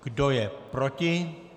Kdo je proti?